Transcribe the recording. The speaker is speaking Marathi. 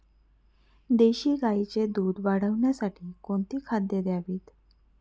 देशी गाईचे दूध वाढवण्यासाठी कोणती खाद्ये द्यावीत?